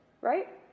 right